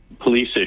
police